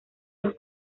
los